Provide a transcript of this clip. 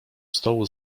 stołu